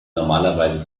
normalerweise